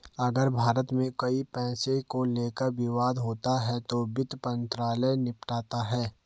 अगर भारत में कोई पैसे को लेकर विवाद होता है तो वित्त मंत्रालय निपटाता है